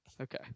Okay